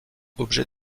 objet